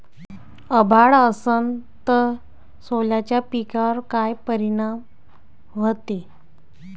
अभाळ असन तं सोल्याच्या पिकावर काय परिनाम व्हते?